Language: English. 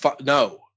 no